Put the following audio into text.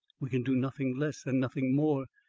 we can do nothing less and nothing more.